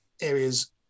areas